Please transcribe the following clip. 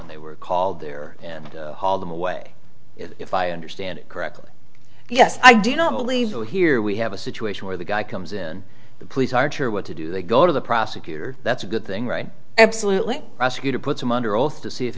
when they were called there and haul them away if i understand it correctly yes i do not believe that here we have a situation where the guy comes in the police are sure what to do they go to the prosecutor that's a good thing right absolutely prosecutor puts him under oath to see if